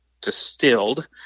distilled